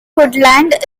woodland